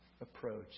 Approach